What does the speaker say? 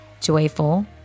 joyful